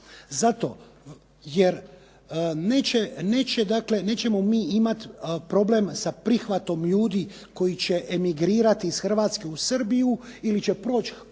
Zato jer nećemo mi imati problem sa prihvatom ljudi koji će emigrirati iz Hrvatske u Srbiju ili će proći